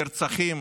נרצחים,